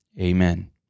Amen